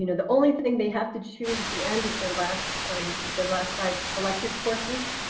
you know the only thing they have to choose at the end is their last um their last five elective courses.